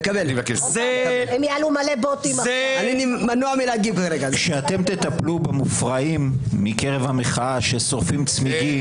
אני מנוע מלהגיב --- כשאתם תטפלו במופרעים מקרב המחאה ששורפים צמיגים